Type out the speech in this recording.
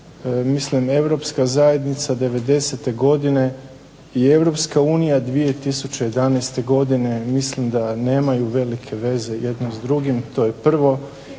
mislim Europska zajednica 90. godina i Europska unija 2012. godine mislim da nemaju velike veze s drugim, to je prvo.